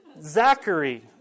Zachary